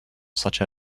such